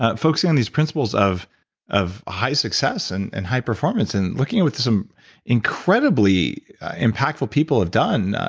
ah focusing on these principles of of high success and and high performance and looking what some incredibly impactful people have done,